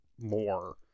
more